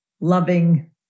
loving